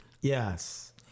Yes